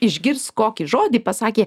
išgirs kokį žodį pasakė